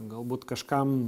galbūt kažkam